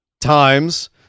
times